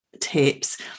tips